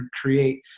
create